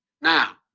Now